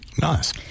Nice